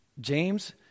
James